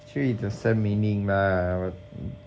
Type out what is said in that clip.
actually it's the same meaning lah what